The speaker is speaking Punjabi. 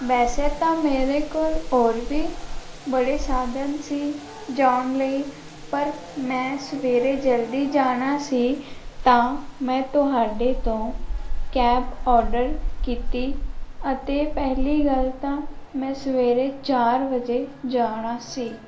ਵੈਸੇ ਤਾਂ ਮੇਰੇ ਕੋਲ ਹੋਰ ਵੀ ਬੜੇ ਸਾਧਨ ਸੀ ਜਾਣ ਲਈ ਪਰ ਮੈਂ ਸਵੇਰੇ ਜਲਦੀ ਜਾਣਾ ਸੀ ਤਾਂ ਮੈਂ ਤੁਹਾਡੇ ਤੋਂ ਕੈਬ ਆਰਡਰ ਕੀਤੀ ਅਤੇ ਪਹਿਲੀ ਗੱਲ ਤਾਂ ਮੈਂ ਸਵੇਰੇ ਚਾਰ ਵਜੇ ਜਾਣਾ ਸੀ